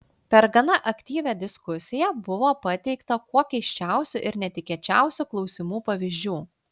per gana aktyvią diskusiją buvo pateikta kuo keisčiausių ir netikėčiausių klausimų pavyzdžių